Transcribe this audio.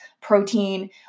protein